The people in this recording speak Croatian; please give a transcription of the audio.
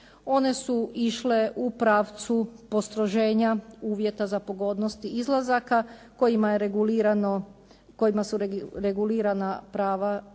One su išle u pravcu postroženja uvjeta za pogodnosti izlazaka kojima su regulirana prava zatvorenika.